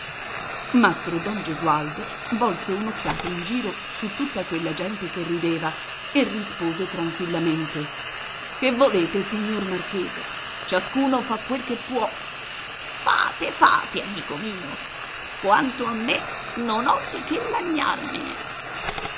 eh mastro don gesualdo volse un'occhiata in giro su tutta quella gente che rideva e rispose tranquillamente che volete signor marchese ciascuno fa quel che può fate fate amico mio quanto a me non ho di che lagnarmene don